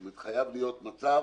זאת אומרת, חייב להיות מצב